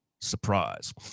surprise